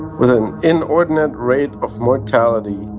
with an inordinate rate of mortality,